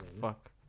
fuck